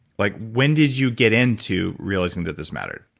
like when did you get into realizing that this mattered?